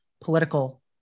political